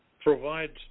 provides